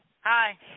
Hi